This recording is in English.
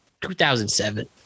2007